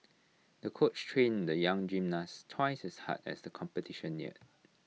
the coach trained the young gymnast twice as hard as the competition neared